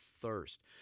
thirst